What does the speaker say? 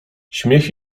śmiech